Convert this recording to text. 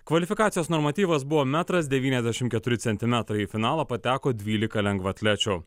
kvalifikacijos normatyvas buvo metras devyniasdešim keturi centimetrai į finalą pateko dvylika lengvaatlečių